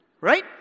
right